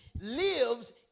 lives